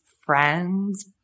friends